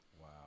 wow